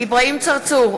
אברהים צרצור,